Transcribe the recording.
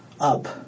Up